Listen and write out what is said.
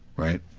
right?